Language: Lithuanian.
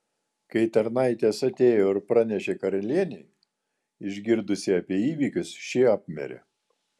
kai tarnaitės atėjo ir pranešė karalienei išgirdusi apie įvykius ši apmirė